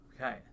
okay